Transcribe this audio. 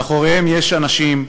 מאחוריהם יש אנשים,